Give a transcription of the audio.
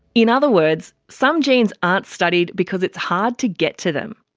in other words, some genes aren't studied because it's hard to get to them.